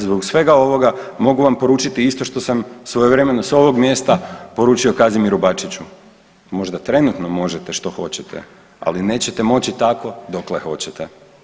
Zbog svega ovoga, mogu vam poručiti isto što sam svojevremeno s ovog mjesta poručio Kazimiru Bačiću, možda trenutno možete što hoćete, ali nećete moći tako dokle hoćete.